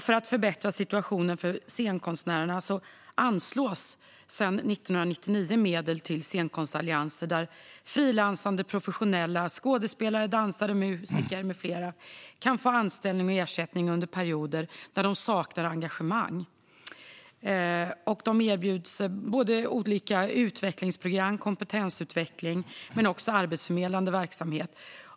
För att förbättra situationen för scenkonstnärerna anslås sedan 1999 medel till scenkonstallianser där frilansande professionella skådespelare, dansare och musiker med flera kan få anställning och ersättning under perioder när de saknar engagemang. De erbjuds olika utvecklingsprogram i form av kompetensutveckling men också arbetsförmedlande verksamhet.